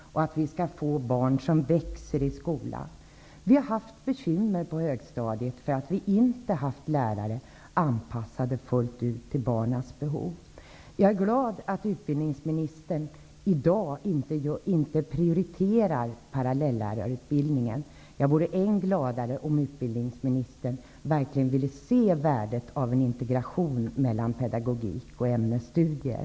Barnen skall växa i skolan. Det har varit bekymmer på högstadiet för att det inte har funnits lärare som har kunnat undervisa på ett sätt anpassat för barnens behov. Jag är glad att utbildningsministern i dag inte prioriterar parallelllärarutbildningen. Jag vore än gladare om utbildningsministern verkligen ville se värdet av en integration mellan pedagogik och ämnesstudier.